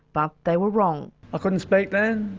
but they were wrong. i couldn't speak then.